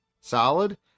solid